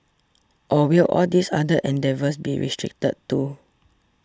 or will all these other endeavours be restricted too